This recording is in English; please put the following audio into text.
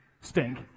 stink